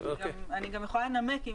אני גם יכולה לנמק.